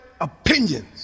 opinions